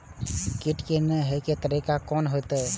कीट के ने हे के तरीका कोन होते?